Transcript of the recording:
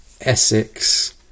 Essex